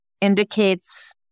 indicates